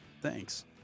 Thanks